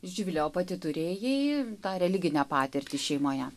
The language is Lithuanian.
živile o pati turėjai tą religinę patirtį šeimoje